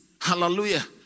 Hallelujah